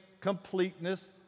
completeness